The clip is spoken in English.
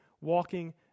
walking